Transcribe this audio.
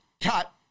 cut